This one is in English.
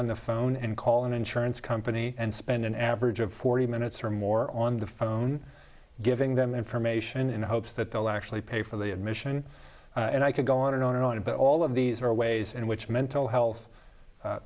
on the phone and call an insurance company and spend an average of forty minutes or more on the phone giving them information in the hopes that they'll actually pay for the admission and i could go on and on and on but all of these are ways in which mental health